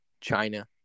China